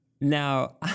now